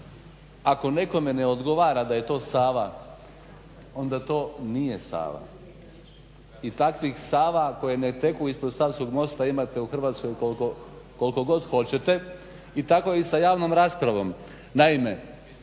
Ako nekome ne odgovara da je to Sava onda to nije Sava i takvih Sava koje ne teku ispod Savskog mosta imate u Hrvatskoj koliko god hoćete i tako je i sa javnom raspravom.